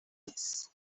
this